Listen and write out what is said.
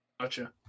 Gotcha